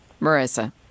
Marissa